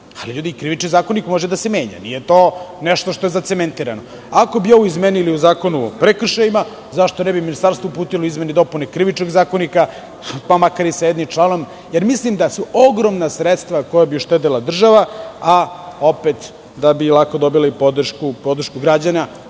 se, ali Krivični zakonik može da se menja. Nije to nešto što je zacementirano. Ako bi ovo izmenili u Zakonu o prekršajima, zašto ne bi ministarstvo uputilo izmene i dopune Krivičnog zakonika pa makar i sa jednim članom. Mislim da su ogromna sredstva koja bi uštedela država, a opet da bi lako dobili podršku građana,